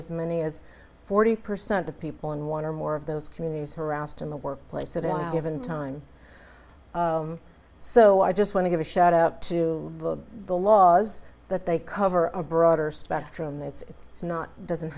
as many as forty percent of people in one or more of those communities harassed in the workplace it out given time so i just want to give a shout out to the laws that they cover a broader spectrum that it's not doesn't